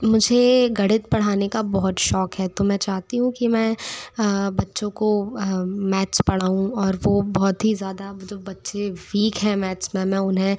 मुझे गणित पढ़ाने का बहुत शौक़ है तो मैं चाहती हूँ कि मैं बच्चों को मैथ्स पढ़ाऊँ और वो बहुत ही ज़्यादा जो बच्चे वीक है मैथ्स में मैं उन्हें